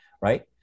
right